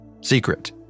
secret